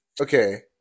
Okay